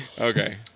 Okay